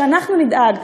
שאנחנו נדאג,